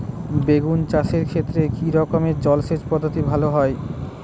বেগুন চাষের ক্ষেত্রে কি রকমের জলসেচ পদ্ধতি ভালো হয়?